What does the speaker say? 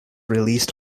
released